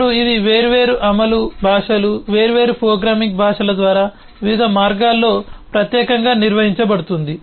ఇప్పుడు ఇది వేర్వేరు అమలు భాషలు వేర్వేరు ప్రోగ్రామింగ్ భాషల ద్వారా వివిధ మార్గాల్లో ప్రత్యేకంగా నిర్వహించబడుతుంది